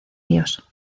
dios